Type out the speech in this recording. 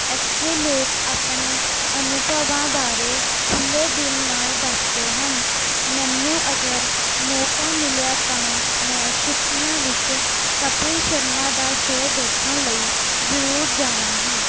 ਇੱਥੇ ਲੋਕ ਆਪਣੇ ਅਨੁਭਵਾਂ ਬਾਰੇ ਖੁੱਲ੍ਹੇ ਦਿਲ ਨਾਲ ਦੱਸਦੇ ਹਨ ਮੈਨੂੰ ਅਗਰ ਮੌਕਾ ਮਿਲਿਆ ਤਾਂ ਮੈਂ ਛੁੱਟੀਆਂ ਵਿੱਚ ਕਪਿਲ ਸ਼ਰਮਾ ਦਾ ਸ਼ੋਅ ਦੇਖਣ ਲਈ ਜ਼ਰੂਰ ਜਾਵਾਂਗੀ